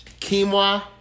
Quinoa